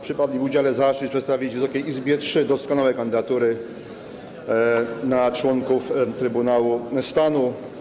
Przypadł mi w udziale zaszczyt przedstawienia Wysokiej Izbie trzech doskonałych kandydatur na członków Trybunału Stanu.